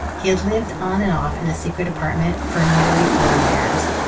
he had lived on and off in the secret apartment for nearly four years,